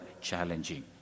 challenging